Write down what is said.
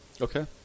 Okay